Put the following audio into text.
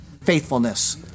faithfulness